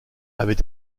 avait